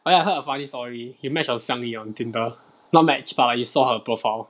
orh ya I heard a funny story he match on xiang yun on tinder not match but he saw her profile